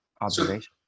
observation